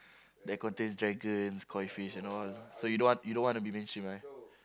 that contains dragons Koi fish and all so you don't want you don't want to be mainstream eh